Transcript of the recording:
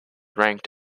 ranked